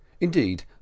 Indeed